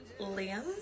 Liam